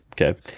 Okay